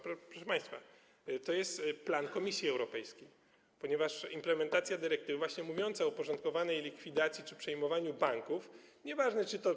Proszę państwa, to jest plan Komisji Europejskiej, ponieważ implementacja dyrektywy właśnie mówiąca o uporządkowanej likwidacji czy przejmowaniu banków, nieważne czy to.